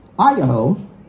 Idaho